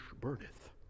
burneth